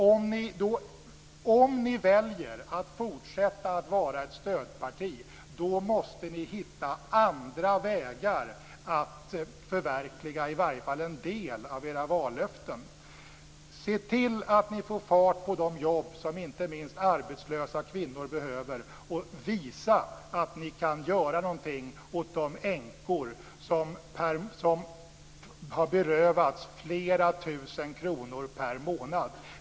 Om ni väljer att fortsätta att vara ett stödparti, måste ni hitta andra vägar för att förverkliga i varje fall en del av era vallöften. Se till att ni får fart på de jobb som inte minst arbetslösa kvinnor behöver, och visa att ni kan göra någonting åt de änkor som har berövats flera tusen kronor per månad.